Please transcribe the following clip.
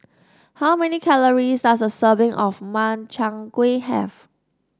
how many calories does a serving of Makchang Gui have